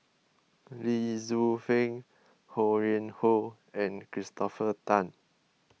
Lee Tzu Pheng Ho Yuen Hoe and Christopher Tan